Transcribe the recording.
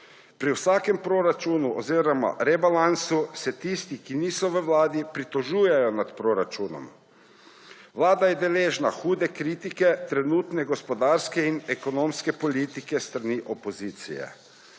Pri vsakem proračunu oziroma rebalansu se tisti, ki niso v vladi, pritožujejo nad proračunom. Vlada je deležna hude kritike trenutne gospodarske in ekonomske politike s strani opozicije.